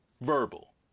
verbal